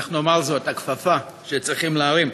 איך לומר זאת, הכפפה שצריכים להרים: